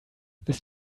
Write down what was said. this